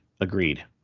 agreed